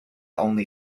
only